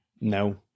No